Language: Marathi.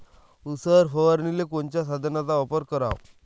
उसावर फवारनीले कोनच्या साधनाचा वापर कराव?